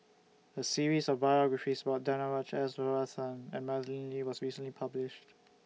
A series of biographies about Danaraj S Varathan and Madeleine Lee was recently published